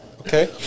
Okay